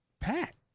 Pat